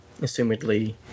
assumedly